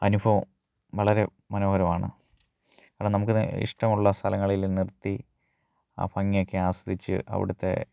അനുഭവം വളരെ മനോഹരമാണ് കാരണം നമുക്കങ്ങനെ ഇഷ്ടമുള്ള സ്ഥലങ്ങളില് നിർത്തി ആ ഭംഗിയൊക്കെ ആസ്വദിച്ച് അവിടുത്തെ